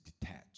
detached